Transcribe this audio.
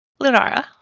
Lunara